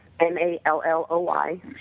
M-A-L-L-O-Y